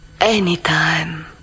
anytime